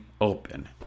open